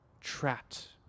trapped